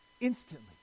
Instantly